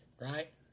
right